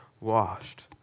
washed